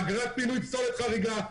אגרת פינוי פסולת חריגה,